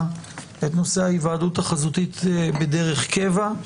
את נושא ההיוועדות החזותית בדרך קבע.